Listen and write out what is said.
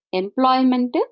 employment